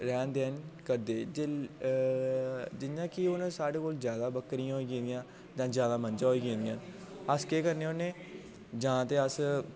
लैन देन करदे जे अअअ जि'यां की हून साढ़े कोल जादा बक्करियां होई गेइयां जादा जां मंजां होई गेइयां अस केह् करने होने जां ते अस